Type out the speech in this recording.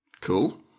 cool